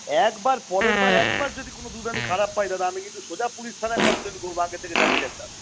একবার পরেরবার একবার যদি কোনো দুধ আমি খারাপ পাই দাদা আমি কিন্তু সোজা পুলিশ থানায় কমপ্লেন করবো আগে থেকে জানিয়ে রাখলাম